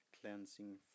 cleansing